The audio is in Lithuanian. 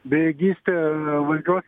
bejėgystė valdžios